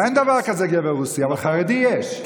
אין דבר כזה גבר רוסי, אבל חרדי יש.